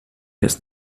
das